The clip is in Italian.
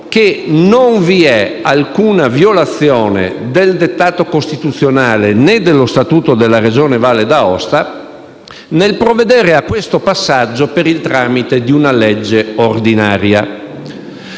che non vi è alcuna violazione del dettato costituzionale, né dello statuto della Regione Valle d'Aosta, nel provvedere a questo passaggio per il tramite di una legge ordinaria.